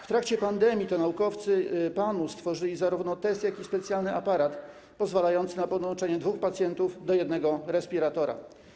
W trakcie pandemii to naukowcy PAN-u stworzyli zarówno test, jak i specjalny aparat pozwalający na podłączenie dwóch pacjentów do jednego respiratora.